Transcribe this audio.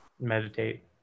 Meditate